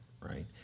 right